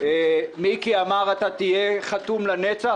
מיקי אמר "אתה תהיה חתום לנצח"?